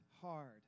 hard